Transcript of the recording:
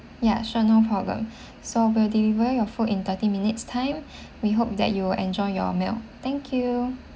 ya sure no problem so we'll deliver your food in thirty minutes time we hope that you enjoy your meal thank you